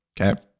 Okay